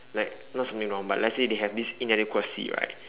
like not something wrong but let's say they have this inadequacy right